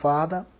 Father